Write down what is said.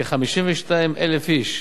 כ-52,000 איש,